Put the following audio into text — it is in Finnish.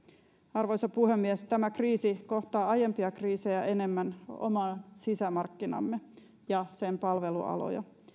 arvoisa puhemies tämä kriisi kohtaa aiempia kriisejä enemmän omaa sisämarkkinaamme ja sen palvelualoja